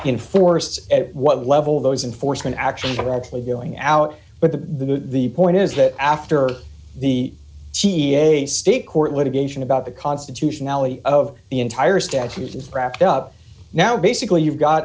enforced at what level those enforcement actions were actually going out but the the point is that after the she a state court litigation about the constitutionality of the entire statute is wrapped up now basically you've got